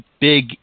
big